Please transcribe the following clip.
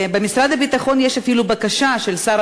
במשרד הביטחון יש אפילו בקשה של שר